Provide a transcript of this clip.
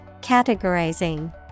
Categorizing